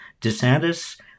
DeSantis